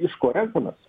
iš ko renkamės